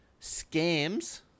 scams